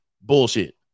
bullshit